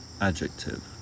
adjective